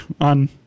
on